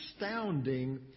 astounding